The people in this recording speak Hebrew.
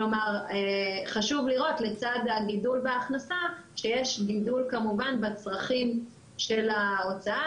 כלומר חשוב לראות לצד הגידול בהכנסה שיש גידול כמובן בצרכים של ההוצאה,